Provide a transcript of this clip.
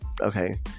Okay